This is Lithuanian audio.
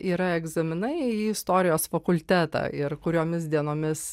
yra egzaminai į istorijos fakultetą ir kuriomis dienomis